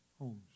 homes